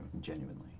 genuinely